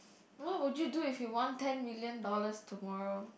what would you do if you won ten million dollars tomorrow